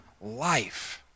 life